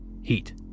heat